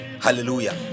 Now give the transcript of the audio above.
hallelujah